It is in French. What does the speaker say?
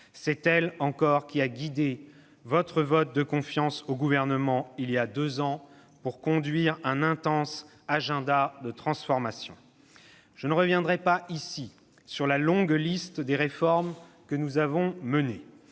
c'est elle encore qui a guidé votre vote de confiance au Gouvernement il y a deux ans, pour conduire un intense agenda de transformations. Je ne reviendrai pas ici sur la longue liste des réformes que nous avons menées